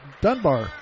Dunbar